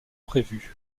prévus